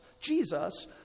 Jesus